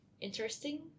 interesting